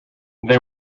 they